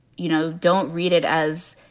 you know, don't read it as,